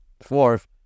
Fourth